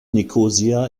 nikosia